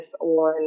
on